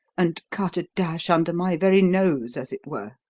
and cut a dash under my very nose, as it were.